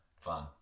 fun